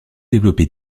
développé